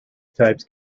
types